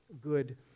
good